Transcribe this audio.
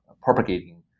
propagating